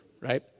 right